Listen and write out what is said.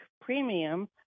premium